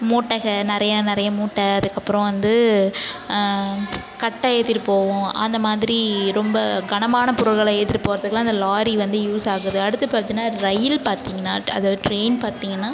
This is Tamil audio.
மூட்டக நிறையா நிறையா மூட்டை அதற்கப்பறோம் வந்து கட்டை ஏற்றிட்டு போவும் அந்த மாதிரி ரொம்ப கனமான பொருள்களை ஏற்றிட்டு போகறதுக்குலா இந்த லாரி வந்து யூசாகுது அடுத்து பார்த்தீனா ரயில் பார்த்தீங்கன்னா அதாவது ட்ரெயின் பார்த்தீங்கன்னா